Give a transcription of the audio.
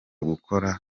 gukora